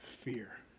fear